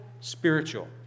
spiritual